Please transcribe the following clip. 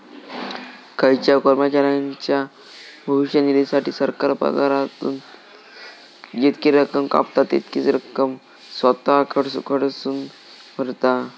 खायच्याव कर्मचाऱ्याच्या भविष्य निधीसाठी, सरकार पगारातसून जितकी रक्कम कापता, तितकीच रक्कम स्वतः कडसून भरता